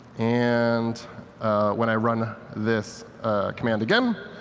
and when i run this command again,